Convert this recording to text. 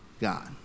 God